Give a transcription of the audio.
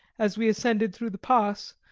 as we ascended through the pass,